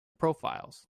profiles